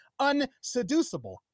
unseducible